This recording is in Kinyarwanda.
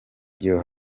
yooo